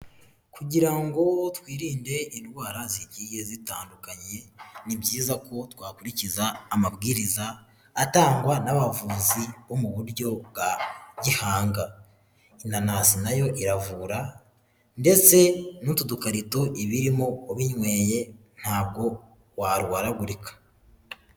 Kugira ngo twirinde indwara zigiye zitandukanye ni byiza ko twakurikiza amabwiriza atangwa n'abavuzi bo mu buryo bwa gihanga, inanasi nayo iravura ndetse n'utu dukarito ibirimo ubinyweye ntabwo warwaragurika.